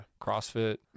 crossfit